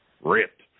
ripped